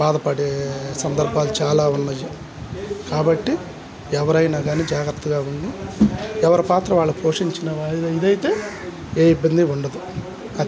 బాధపడే సందర్భాలు చాలా ఉన్నాయి కాబట్టి ఎవరైనా కాని జాగ్రత్తగా ఉంది ఎవరి పాత్ర వాళ్ళు పోషించిన ఇదైతే ఏ ఇబ్బంది ఉండదు అది